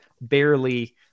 barely